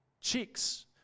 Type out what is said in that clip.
chicks